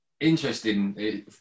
interesting